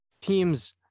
teams